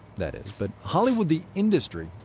that is. but hollywood, the industry,